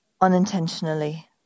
unintentionally